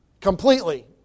Completely